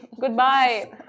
goodbye